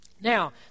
Now